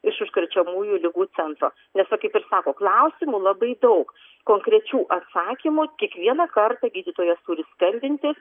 iš užkrečiamųjų ligų centro nes va kaip ir sako klausimų labai daug konkrečių atsakymų kiekvienąkart gydytojas turi skambintis